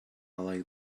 like